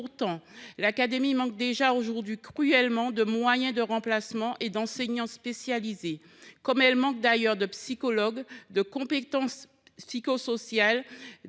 Pourtant, l’académie manque déjà aujourd’hui cruellement de moyens de remplacement et d’enseignants spécialisés, comme elle manque d’ailleurs de psychologues, de compétences psychosociales